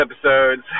episodes